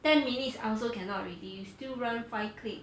ten minutes I also cannot already you still run five click